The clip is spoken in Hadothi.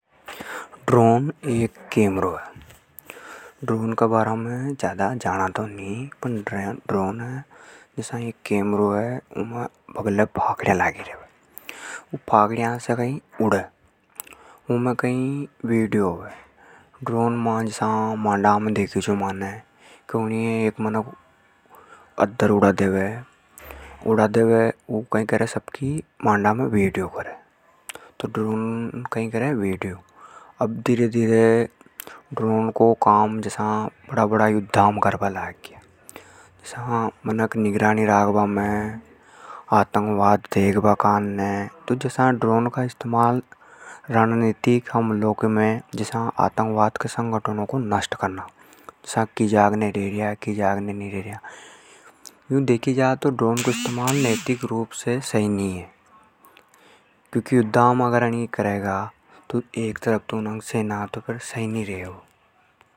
ड्रोन एक कैमरों हे। ड्रोन में कई के हवा में उड़ावे। उसे वीडियो रिकॉर्ड करे। ड्रोन माने मांडा में देख्यो छो। ड्रोन को काम जसा बड़ा बड़ा युद्धा में करबा लाग ग्या। आतंकवाद देख बा काने। जसा आतंकवादी की जाग ने हेगा का नी हेगा। यू देखी जा तो ड्रोन को इस्तेमाल नैतिक रूप से सही नी हे।